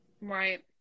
right